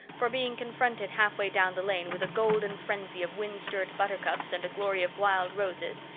for being confronted halfway down the lane with a golden frenzy of wind-stirred buttercups and a glory of wild roses,